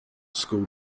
school